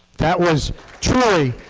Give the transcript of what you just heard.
that was truly,